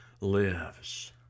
lives